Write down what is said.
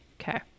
Okay